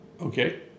Okay